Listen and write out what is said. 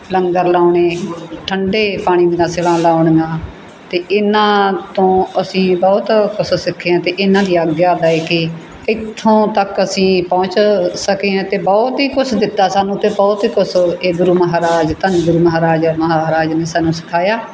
ਲੰਗਰ ਲਗਾਉਣੇ ਠੰਡੇ ਪਾਣੀ ਦੀਆਂ ਸਿਲਾਂ ਲਗਾਉਣੀਆਂ ਅਤੇ ਇਹਨਾਂ ਤੋਂ ਅਸੀਂ ਬਹੁਤ ਕੁਛ ਸਿੱਖੇ ਹਾਂ ਅਤੇ ਇਹਨਾਂ ਦੀ ਆਗਿਆ ਲੈ ਕੇ ਇੱਥੋਂ ਤੱਕ ਅਸੀਂ ਪਹੁੰਚ ਸਕੇ ਹਾਂ ਅਤੇ ਬਹੁਤ ਹੀ ਕੁਛ ਦਿੱਤਾ ਸਾਨੂੰ ਅਤੇ ਬਹੁਤ ਹੀ ਕੁਛ ਇਹ ਗੁਰੂ ਮਹਾਰਾਜ ਧੰਨ ਗੁਰੂ ਮਹਾਰਾਜ ਮਹਾਰਾਜ ਨੇ ਸਾਨੂੰ ਸਿਖਾਇਆ